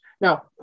Now